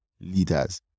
leaders